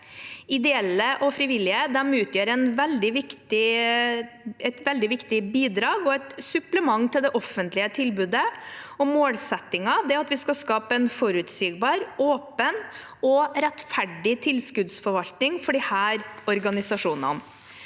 Ideelle og frivillige utgjør et veldig viktig bidrag og et supplement til det offentlige tilbudet, og målsettingen er at vi skal skape en forutsigbar, åpen og rettferdig tilskuddsforvaltning for disse organisasjonene.